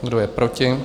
Kdo je proti?